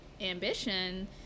Ambition